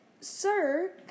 Sir